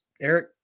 Eric